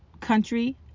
country